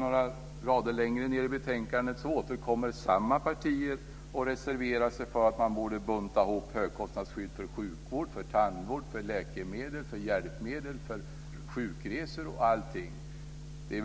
några rader längre ned i betänkandet återkommer samma partier och reserverar sig och säger att högkostnadsskydd för sjukvård, tandvård, läkemedel, hjälpmedel, sjukresor osv. borde buntas ihop.